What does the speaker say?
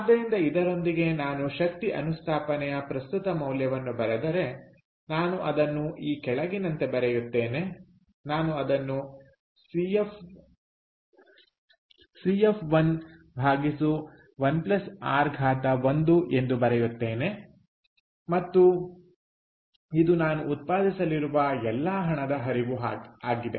ಆದ್ದರಿಂದ ಇದರೊಂದಿಗೆ ನಾನು ಶಕ್ತಿ ಅನುಸ್ಥಾಪನೆಯ ಪ್ರಸ್ತುತ ಮೌಲ್ಯವನ್ನು ಬರೆದರೆ ನಾನು ಅದನ್ನು ಈ ಕೆಳಗಿನಂತೆ ಬರೆಯುತ್ತೇನೆ ನಾನು ಅದನ್ನು CF 1 1 r 1 ಎಂದು ಬರೆಯುತ್ತೇನೆ ಮತ್ತು ಇದು ನಾನು ಉತ್ಪಾದಿಸಲಿರುವ ಎಲ್ಲಾ ಹಣದ ಹರಿವು ಆಗಿದೆ